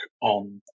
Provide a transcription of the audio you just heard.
on